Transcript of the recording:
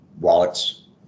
wallets